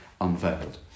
unveiled